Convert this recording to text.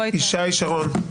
ישי שרון,